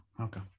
Okay